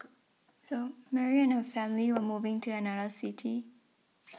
though Mary and her family were moving to another city